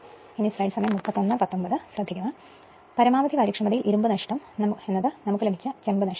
അതിനർത്ഥം പരമാവധി കാര്യക്ഷമതയിൽ ഇരുമ്പ് നഷ്ടം നമുക്ക് ലഭിച്ച ചെമ്പ് നഷ്ടം